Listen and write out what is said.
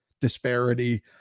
disparity